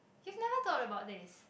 you've never thought about this